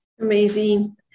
amazing